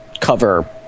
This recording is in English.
cover